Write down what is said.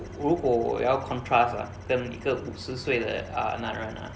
如果我要 contrast ah 跟一个五十岁的 uh 男人 ah